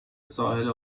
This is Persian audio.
ساحل